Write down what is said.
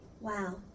Wow